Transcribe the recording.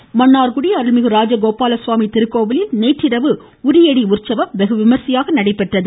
கோவில் மன்னார்குடி அருள்மிகு ராஜகோபாலஸ்வாமி திருக்கோவிலில் நேற்றிரவு உறியடி உற்சவம் வெகுவிமரிசையாக நடைபெற்றது